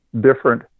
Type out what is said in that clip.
different